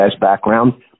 background